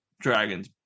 Dragons